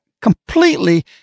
completely